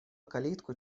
калитку